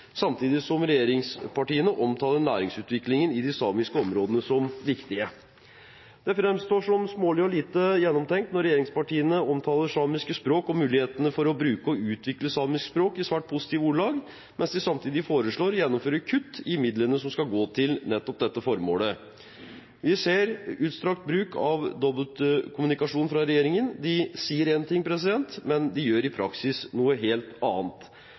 samtidig som regjeringspartiene omtaler næringsutviklingen i de samiske områdene som viktig. Det framstår som smålig og lite gjennomtenkt når regjeringspartiene omtaler samiske språk og mulighetene for å bruke og utvikle samisk språk i svært positive ordelag, mens de samtidig foreslår å gjennomføre kutt i midlene som skal gå til nettopp dette formålet. Vi ser en utstrakt bruk av dobbeltkommunikasjon fra regjeringens side – de sier én ting, men gjør i praksis noe helt annet.